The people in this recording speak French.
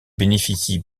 bénéficie